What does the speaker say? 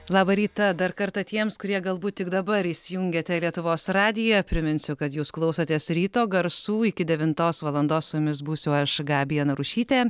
labą rytą dar kartą tiems kurie galbūt tik dabar įsijungėte lietuvos radiją priminsiu kad jūs klausotės ryto garsų iki devintos valandos su jumis būsiu aš gabija narušytė